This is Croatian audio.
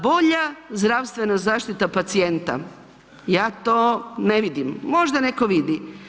Bolja zdravstvena zaštita pacijenta, ja to ne vidim, možda netko vidi.